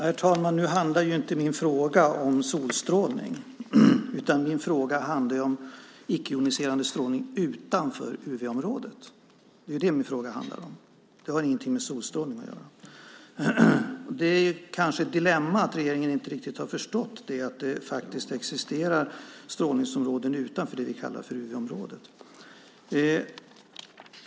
Herr talman! Min fråga handlade inte om solstrålning, utan min fråga handlade om icke-joniserande strålning utanför UV-området. Det har ingenting med solstrålning att göra. Kanske är det ett dilemma att regeringen inte riktigt har förstått att strålningsområden faktiskt existerar utanför det vi kallar för UV-området.